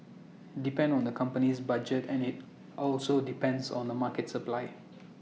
depend on the company's budget and IT also depends on the market supply